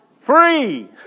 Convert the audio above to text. Free